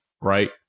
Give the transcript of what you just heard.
Right